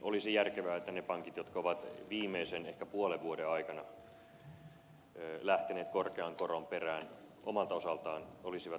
olisi järkevää että ne pankit jotka ovat viimeisen ehkä puolen vuoden aikana lähteneet korkean koron perään omalta osaltaan olisivat tässä mukana